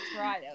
right